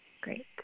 Great